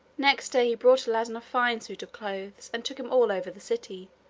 next day he bought aladdin a fine suit of clothes and took him all over the city,